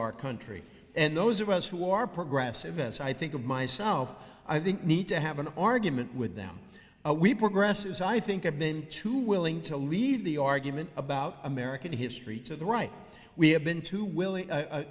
our country and those of us who are progressive as i think of myself i think need to have an argument with them we progressives i think i've been too willing to leave the argument about america history to the right we have been to